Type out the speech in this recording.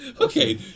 Okay